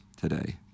today